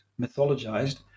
mythologized